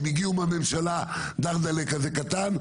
שהם הגיעו מהממשלה דרדלה כזה קטן,